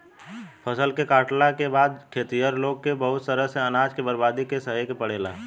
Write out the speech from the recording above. फसल के काटला के बाद खेतिहर लोग के बहुत तरह से अनाज के बर्बादी के सहे के पड़ेला